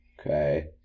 okay